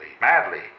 madly